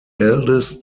eldest